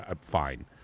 Fine